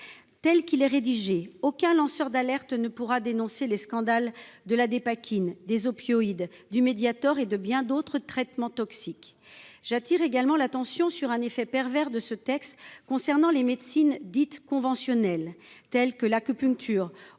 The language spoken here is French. de l’article, aucun lanceur d’alerte ne pourra dénoncer des scandales comme ceux de la Dépakine, des opioïdes, du Mediator et de bien d’autres traitements toxiques. J’attire également l’attention sur un effet pervers de ce texte. Les médecines dites non conventionnelles, telles que l’acupuncture,